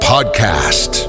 podcast